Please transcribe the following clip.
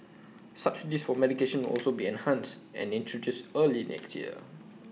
subsidies for medication will also be enhanced and introduced early next year